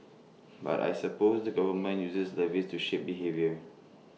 but I suppose the government uses levies to shape behaviour